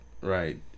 Right